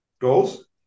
goals